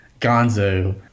gonzo